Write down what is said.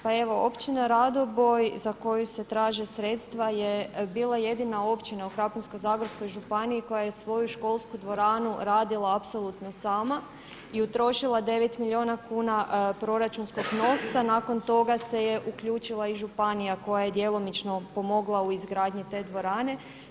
Pa evo općina Radoboj za koju se traže sredstva je bila jedina općina u Krapinsko-zagorskoj županiji koja je svoju školsku dvoranu radila apsolutno sama i utrošila 9 milijuna kuna proračunskog novca, nakon toga se je uključila i županija koja je djelomično pomogla u izgradnji te dvorane.